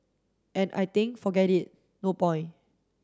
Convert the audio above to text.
and I think forget it no point